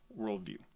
worldview